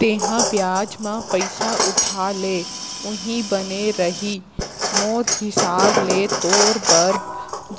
तेंहा बियाज म पइसा उठा ले उहीं बने रइही मोर हिसाब ले तोर बर